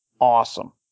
awesome